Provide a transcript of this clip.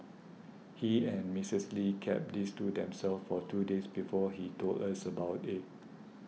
he and Mistress Lee kept this to themselves for two days before he told us about it